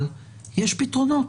אבל יש פתרונות.